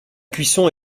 cuisson